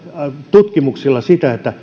tutkimuksilla sitä